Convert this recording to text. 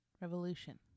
Revolution